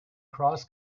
cross